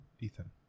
Ethan